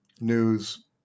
news